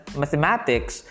mathematics